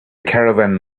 caravan